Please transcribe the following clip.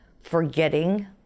forgetting